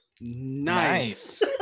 Nice